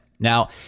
Now